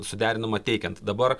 suderinama teikiant dabar